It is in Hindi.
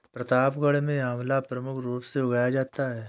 प्रतापगढ़ में आंवला प्रमुख रूप से उगाया जाता है